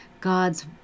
God's